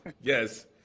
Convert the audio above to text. Yes